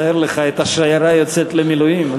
תאר לך, שיירה יוצאת למילואים.